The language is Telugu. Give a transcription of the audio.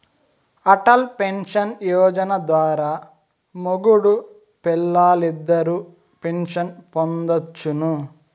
అటల్ పెన్సన్ యోజన ద్వారా మొగుడూ పెల్లాలిద్దరూ పెన్సన్ పొందొచ్చును